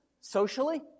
socially